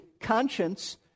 conscience